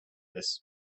this